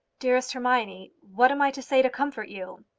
dearest hermione, what am i to say to comfort you?